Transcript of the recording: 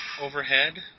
overhead